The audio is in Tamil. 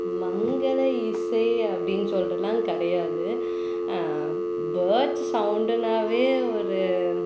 மங்கள இசை அப்படின்னு சொல்கிறதுலாம் கிடையாது பேர்ட்ஸு சௌண்டுனாவே ஒரு